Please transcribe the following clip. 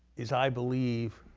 is, i believe,